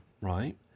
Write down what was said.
right